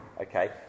okay